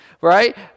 Right